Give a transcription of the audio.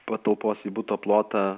patalpos į buto plotą